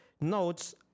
notes